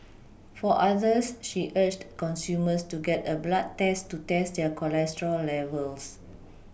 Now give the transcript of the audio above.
for others she urged consumers to get a blood test to test their cholesterol levels